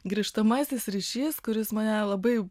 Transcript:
grįžtamasis ryšys kuris mane labai